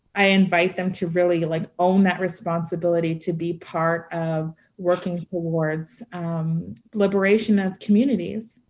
i invite them to really, like, own that responsibility to be part of working towards liberation of communities?